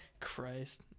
Christ